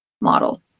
model